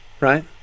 right